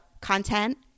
content